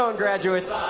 um graduates?